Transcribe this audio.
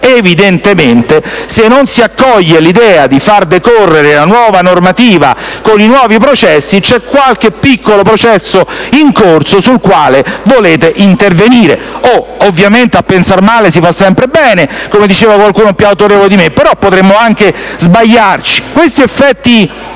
evidentemente, se non si accoglie l'idea di far decorrere la nuova normativa con i nuovi processi, c'è qualche piccolo processo in corso sul quale volete intervenire. Ovviamente a pensare male si fa sempre bene, come diceva qualcuno più autorevole di me, però potremmo anche sbagliarci. Appare evidente